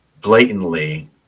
blatantly